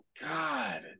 God